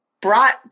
brought